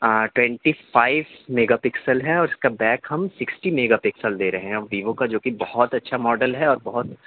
twenty five mega pixel ہے اِس کا بیک ہم کسکسٹی میگا پکسل دے رہے ہیں ہم ویوو کا جو کہ بہت اچھا ماڈل ہے اور بہت